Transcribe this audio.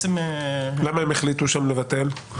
למה הם החליטו שם לבטל?